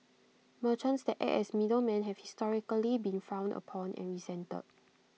merchants that act as middlemen have historically been frowned upon and resented